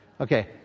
Okay